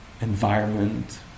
environment